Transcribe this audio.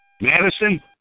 Madison